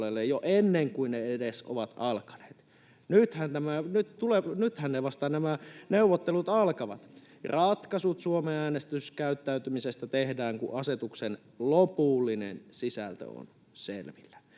jo ennen kuin ne edes ovat alkaneet. Nythän nämä neuvottelut vasta alkavat. Ratkaisut Suomen äänestyskäyttäytymisestä tehdään, kun asetuksen lopullinen sisältö on selvillä.